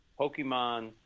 Pokemon –